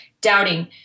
doubting